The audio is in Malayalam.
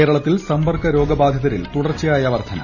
കേരളത്തിൽ സമ്പർക്ക രോഗബാധിതരിൽ തുടർച്ചയായ വർദ്ധന